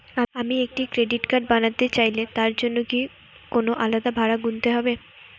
আমি একটি credit card বানাতে চাইলে তার জন্য কি কোনো আলাদা ভাড়া গুনতে হবে?